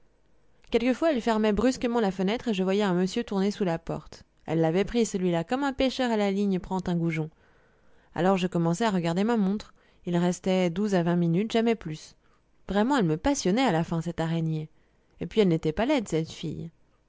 quelquefois elle fermait brusquement la fenêtre et je voyais un monsieur tourner sous la porte elle l'avait pris celui-là comme un pêcheur à la ligne prend un goujon alors je commençais à regarder ma montre ils restaient de douze à vingt minutes jamais plus vraiment elle me passionnait à la fin cette araignée et puis elle n'était pas laide cette fille